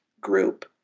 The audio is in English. group